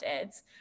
ads